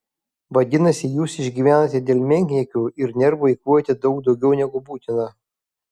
vadinasi jūs išgyvenate dėl menkniekių ir nervų eikvojate daug daugiau negu būtina